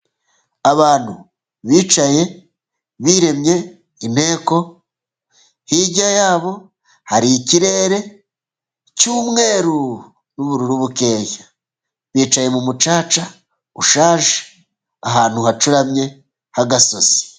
Abantu bicaye biremye inteko, hirya yabo hari ikirere cy'umweru n'ubururu bukeya, bicaye mu mucaca ushaje ahantu hacuramye h'agasozi.